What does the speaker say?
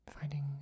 Finding